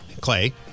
Clay